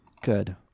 Good